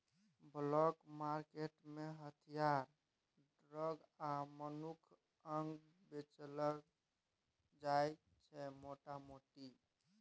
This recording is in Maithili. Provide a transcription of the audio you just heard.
ब्लैक मार्केट मे हथियार, ड्रग आ मनुखक अंग बेचल जाइ छै मोटा मोटी